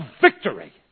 victory